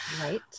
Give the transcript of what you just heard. right